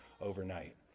overnight